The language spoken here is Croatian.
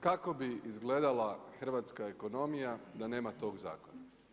Kako bi izgledala hrvatska ekonomija da nema tog zakon?